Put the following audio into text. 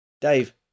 Dave